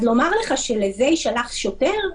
לומר לך שלזה יישלח שוטר?